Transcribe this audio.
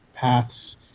paths